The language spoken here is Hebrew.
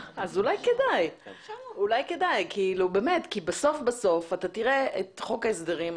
אז אולי כדאי כי בסוף אתה תראה את חוק ההסדרים,